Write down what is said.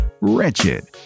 Wretched